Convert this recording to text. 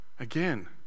Again